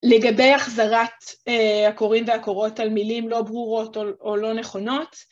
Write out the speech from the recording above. לגבי החזרת הקוראים והקוראות על מילים לא ברורות או לא נכונות.